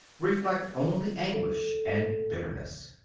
reflect only anguish and bitterness.